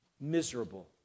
miserable